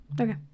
Okay